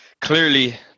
clearly